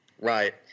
Right